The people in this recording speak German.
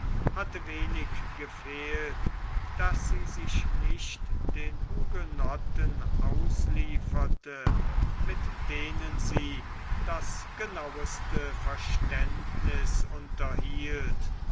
hatte wenig gefehlt daß sie sich nicht den hugenotten auslieferte mit denen sie das genaueste verständniß unterhielt